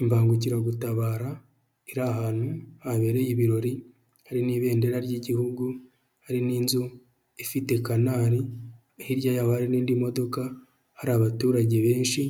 Imbangukiragutabara iri ahantu habereye ibirori hari n'ibendera ry'igihugu hari n'inzu ifite Canal hirya yaba hari n'indi modoka hari abaturage benshi